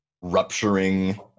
rupturing